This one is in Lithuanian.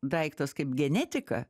daiktas kaip genetika